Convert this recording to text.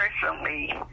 Personally